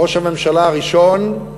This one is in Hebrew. ראש הממשלה הראשון,